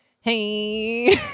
hey